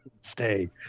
Stay